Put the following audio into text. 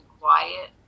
quiet